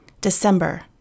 December